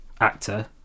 actor